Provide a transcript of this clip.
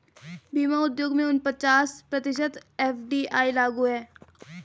बीमा उद्योग में उनचास प्रतिशत एफ.डी.आई लागू है